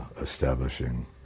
establishing